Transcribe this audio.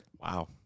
Wow